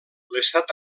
l’estat